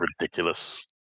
ridiculous